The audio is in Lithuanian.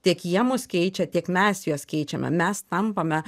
tiek jie mus keičia tiek mes juos keičiame mes tampame